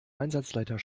einsatzleiter